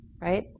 right